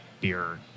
beer